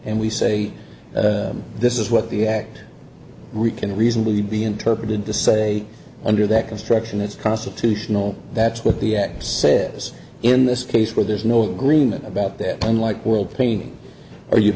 and we say this is what the act rican reasonably be interpreted to say under that construction that's constitutional that's what the set was in this case where there's no agreement about that unlike world painting are you